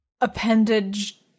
Appendage